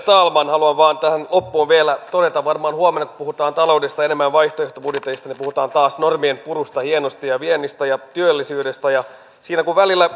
talman haluan vain tähän loppuun vielä todeta että kun varmaan huomenna puhutaan enemmän taloudesta ja vaihtoehtobudjeteista niin puhutaan taas normienpurusta hienosti ja viennistä ja työllisyydestä siinä kun välillä